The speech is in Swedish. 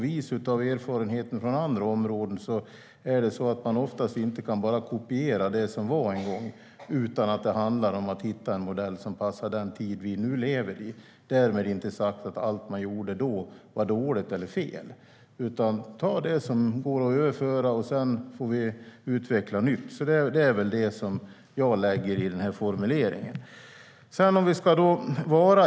Vis av erfarenheten från andra områden kan jag säga: Man kan oftast inte bara kopiera det som var en gång, utan det handlar om att hitta en modell som passar den tid som vi nu lever i - därmed inte sagt att allt man gjorde då var dåligt eller fel. Vi får ta det som går att överföra och sedan utveckla nytt. Det är väl vad jag lägger in i den här formuleringen.